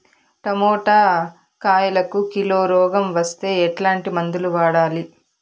Tomato కాయలకు kilo రోగం వస్తే ఎట్లాంటి మందులు వాడాలి?